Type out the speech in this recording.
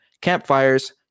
campfires